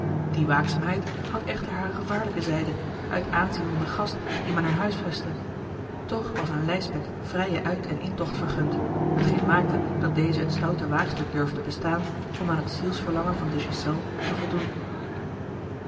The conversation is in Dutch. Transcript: die waakzaamheid had echter hare gevaarlijke zijde uit aanzien van den gast dien men er huisvestte toch was aan lijsbeth vrijen uit en intocht vergund hetgeen maakte dat deze het stoute waagstuk durfde bestaan om aan het zielsverlangen van de ghiselles te voldoen